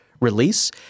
release